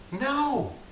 No